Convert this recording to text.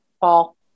Paul